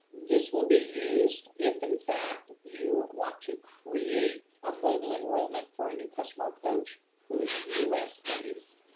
this will be used if in fact you want to create a mobile enrollment for a new customer or coach who is us based.